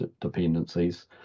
dependencies